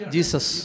Jesus